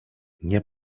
nie